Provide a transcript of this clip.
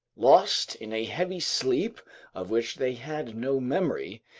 lost in a heavy sleep of which they had no memory,